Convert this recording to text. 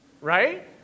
right